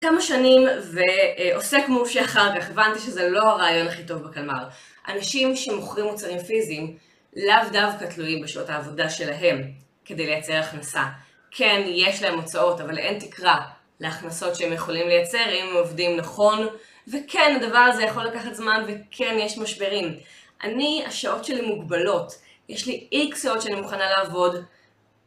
כמה שנים ועוסק מורשה אחר כך, הבנתי שזה לא הרעיון הכי טוב בקלמר. אנשים שמוכרים מוצרים פיזיים, לאו דווקא תלויים בשעות העבודה שלהם כדי לייצר הכנסה. כן, יש להם הוצאות, אבל אין תקרה להכנסות שהם יכולים לייצר אם הם עובדים נכון. וכן, הדבר הזה יכול לקחת זמן וכן, יש משברים. אני, השעות שלי מוגבלות. יש לי איקס שעות שאני מוכנה לעבוד.